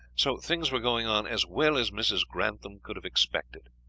so things were going on as well as mrs. grantham could have expected.